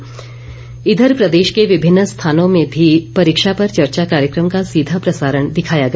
प्रदेश संवाद इधर प्रदेश के विमिन्न स्थानों में भी परीक्षा पर चर्चा कार्यक्रम का सीधा प्रसारण दिखाया गया